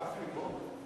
גפני פה?